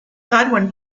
godwin